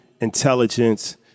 intelligence